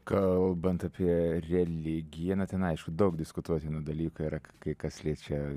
kalbant apie religiją na ten aišku daug diskutuotinų dalykų yra kai kas liečia